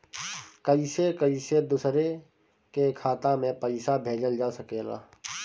कईसे कईसे दूसरे के खाता में पईसा भेजल जा सकेला?